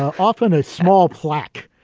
often, a small plaque